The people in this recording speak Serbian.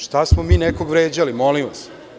Šta smo mi nekog vređali, molim vas?